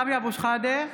(קוראת בשמות חברי הכנסת) סמי אבו שחאדה,